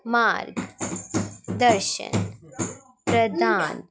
मार्गदर्शन प्रदान